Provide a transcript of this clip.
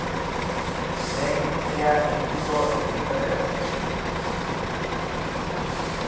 ᱵᱮᱝᱠᱚ ᱨᱮᱭᱟᱜ ᱱᱤᱛᱤ ᱠᱚ ᱤᱫᱤ ᱠᱟᱛᱮᱫ